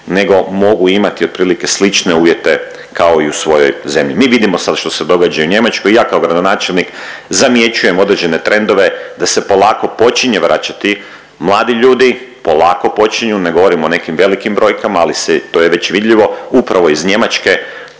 nego mogu imati otprilike slične uvjete kao i u svojoj zemlji. Mi vidimo sad što se događa u Njemačkoj i ja kao gradonačelnik zamjećujem određene trendove da se polako počinje vraćati mladi ljudi, polako počinju, ne govorim o nekim velikim brojkama ali to je već vidljivo upravo iz Njemačke